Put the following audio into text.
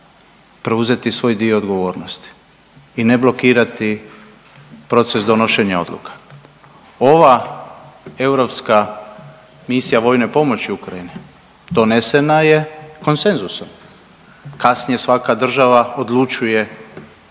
preuzeti svoj dio odgovornosti i ne blokirati proces donošenja odluka. Ova europska misija vojne pomoći Ukrajini donesena je konsenzusom. Kasnije svaka država odlučuje